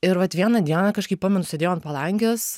ir vat vieną dieną kažkaip pamenu sėdėjau ant palangės